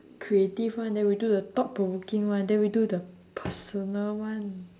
creative one then we do the thought provoking one then we do the personal one